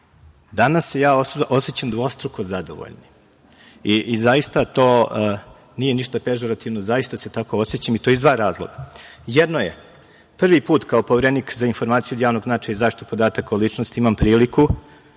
se ja osećam dvostruko zadovoljnim i to nije ništa pežorativno, zaista se tako osećam, i to iz dva razloga. Jedno je, prvi put kao Poverenik za informacije od javnog značaja i zaštitu podataka od ličnosti imam priliku,